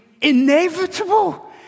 inevitable